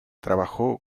trabajó